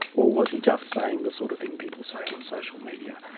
or was he just saying the sort of thing people say on social media?